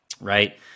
right